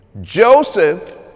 Joseph